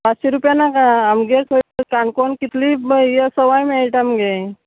पांचशी रुपया नाका आमगे खंय काणकोण कितली हें सवाय मेळटा मगे